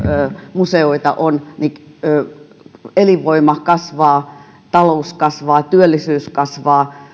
museoita on elinvoima kasvaa talous kasvaa työllisyys kasvaa